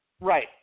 Right